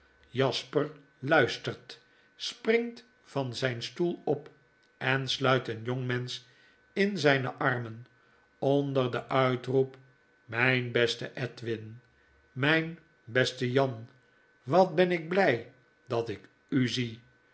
jasper luistervpringt van zyn stoel op en sluit een jongmensch in zyne armen onder den uitroep myn beste edwin myn beste jan wat ben ik bly dat ik u zie